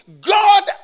God